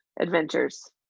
adventures